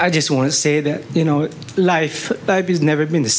i just want to say that you know life is never been t